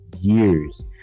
Years